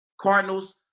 Cardinals